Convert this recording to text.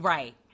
Right